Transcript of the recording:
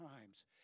times